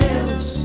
else